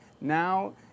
Now